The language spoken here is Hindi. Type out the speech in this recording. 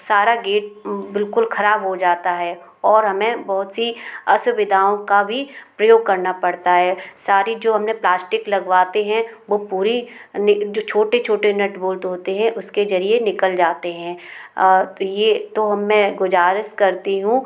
सारा गेट बिल्कुल ख़राब हो जाता है और हमें बहुत सी असुविधाओं का भी प्रयोग करना पड़ता है सारी जो हम ने प्लाश्टिक लगवाते हैं वो पूरी जो छोटे छोटे नट बोल्ट होते हैं उसके ज़रिए निकल जाते हैं ये तो मैं गुज़ारिश करती हूँ